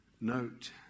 Note